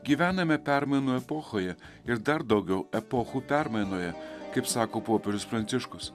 gyvename permainų epochoje ir dar daugiau epochų permainoje kaip sako popiežius pranciškus